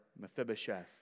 Mephibosheth